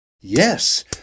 Yes